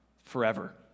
forever